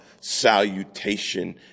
salutation